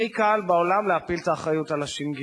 הכי קל בעולם להפיל את האחריות על הש"ג.